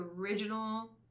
original